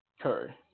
Curry